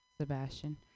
Sebastian